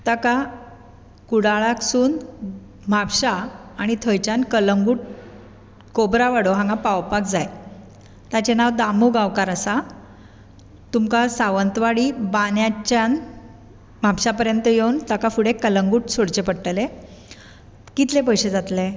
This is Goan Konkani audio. ताका कुडाळाकसून म्हापशा आनी थंयच्यान कलंगूट कोबरावाडो हांगा पावपाक जाय ताचें नांव दामू गांवकार आसा तुमकां सावंतवाडी बांद्यारच्यान म्हापशा पर्यंत येवन ताका फुडें कलंगूट सोडचें पडटलें कितले पयशे जातले